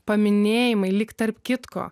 paminėjimai lyg tarp kitko